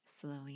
slowing